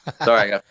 Sorry